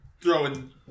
throwing